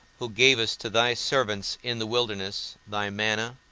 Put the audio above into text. who gavest to thy servants in the wilderness thy manna,